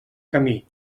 camí